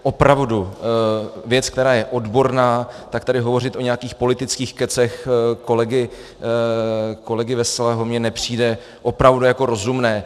Opravdu věc, která je odborná, tak tady hovořit o nějakých politických kecech kolegy Veselého mně nepřijde opravdu jako rozumné.